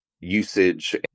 usage